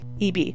EB